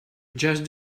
just